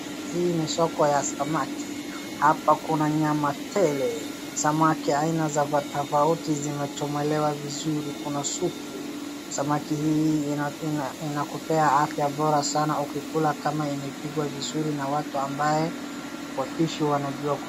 Hii ni soko ya samaki. Hapa kuna nyama tele. Samaki haina tofauti tofauti zimechomelewa vizuri kuna supu. Samaki hii inapikwa inakupea afya bora na ukikula kama imepikwa vizuri na watu ambaye wapishi wanajua kupika